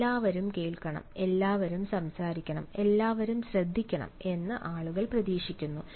എല്ലാവരും കേൾക്കണം എല്ലാവരും സംസാരിക്കണം എല്ലാവരും ശ്രദ്ധിക്കണം എന്ന് ആളുകൾ പ്രതീക്ഷിക്കുന്നു